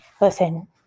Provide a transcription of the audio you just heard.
listen